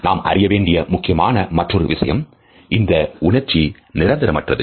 நாம் அறிய வேண்டிய முக்கியமான மற்றொரு விஷயம் இந்த உணர்ச்சி நிரந்தரமற்றது